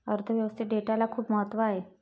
अर्थ व्यवस्थेत डेटाला खूप महत्त्व आहे